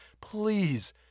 please